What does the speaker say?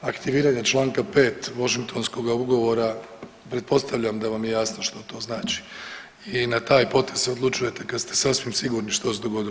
Aktiviranje čl. 5. Washingtonskoga ugovora, pretpostavljam da vam je jasno što to znači i na taj potez se odlučujete kad ste sasvim sigurni što se dogodilo.